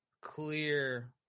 clear